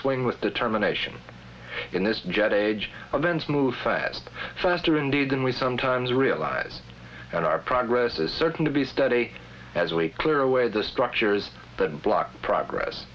swing with determination in this jet age and thence move fast faster indeed than we sometimes realize on our progress is certain to be steady as we clear away the structures that block progress